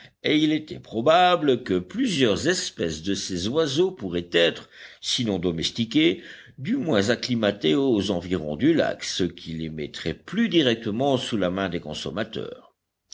et il était probable que plusieurs espèces de ces oiseaux pourraient être sinon domestiqués du moins acclimatés aux environs du lac ce qui les mettrait plus directement sous la main des consommateurs